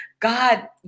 God